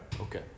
Okay